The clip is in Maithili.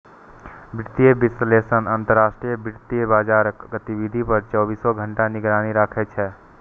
वित्तीय विश्लेषक अंतरराष्ट्रीय वित्तीय बाजारक गतिविधि पर चौबीसों घंटा निगरानी राखै छै